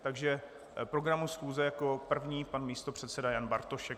Takže k programu schůze jako první pan místopředseda Jan Bartošek.